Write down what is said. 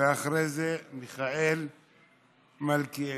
ואחרי זה מיכאל מלכיאלי.